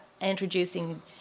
introducing